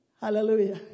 hallelujah